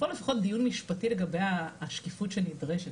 לבוא לפחות לדיון משפטי לגבי השקיפות שנדרשת.